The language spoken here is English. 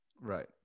Right